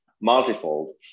multifold